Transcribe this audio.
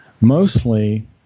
Mostly